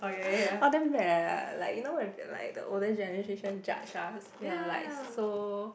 !wah! damn bad eh like you know when like the older generation judge us ya like so